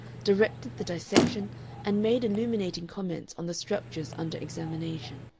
directed the dissection and made illuminating comments on the structures under examination.